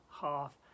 half